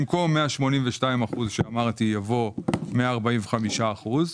במקום 182 אחוזים שאמרתי יבוא 145 אחוזים.